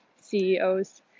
CEOs